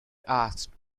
asked